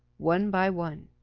one by one.